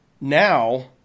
now